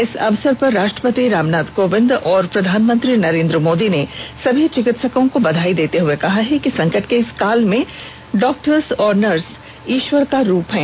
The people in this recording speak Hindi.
इस अवसर पर राष्ट्रपति रामनाथ कोविंद और प्रधानमंत्री नरेंद्र मोदी ने सभी चिकित्सकों को बधाई देते हुए कहा है कि संकट के इस काल में डॉक्टर और नर्स ईश्वर का रूप हैं